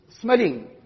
smelling